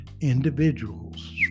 individuals